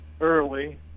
early